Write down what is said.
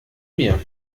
mir